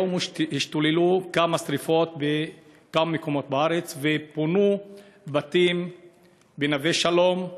היום השתוללו כמה שרפות בכמה מקומות בארץ ופונו בתים בנווה-שלום,